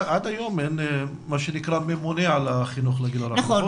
עד היום אין מה שנקרא ממונה על החינוך לגיל הרך.